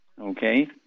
okay